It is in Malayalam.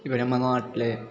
ഇവരമ്മ നാട്ടിലെ